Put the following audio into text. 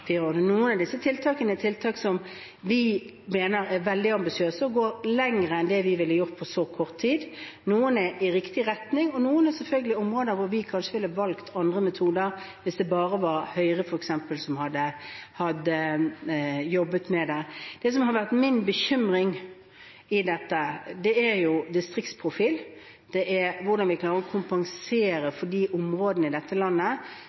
fire årene. Noen av disse tiltakene er tiltak som vi mener er veldig ambisiøse og går lenger enn det vi ville gjort på så kort tid. Noen er i riktig retning, og noen er selvfølgelig områder hvor vi kanskje ville valgt andre metoder hvis det f.eks. bare var Høyre som hadde jobbet med det. Det som har vært min bekymring i dette, er distriktsprofilen og hvordan vi klarer å kompensere de områdene i dette landet